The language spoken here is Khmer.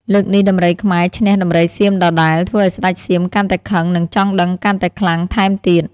លើកនេះដំរីខ្មែរឈ្នះដំរីសៀមដដែល ធ្វើឲ្យស្ដេចសៀមកាន់តែខឹងនិងចង់ដឹងកាន់ខ្លាំងថែមទៀត។